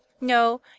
no